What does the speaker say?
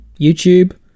youtube